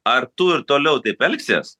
ar tu ir toliau taip elgsies